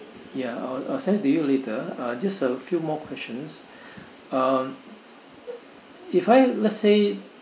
ya I'll I'll send it to you later uh just a few more questions uh if I let's say